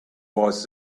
was